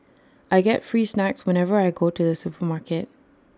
I get free snacks whenever I go to the supermarket